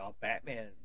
Batman